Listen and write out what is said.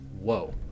Whoa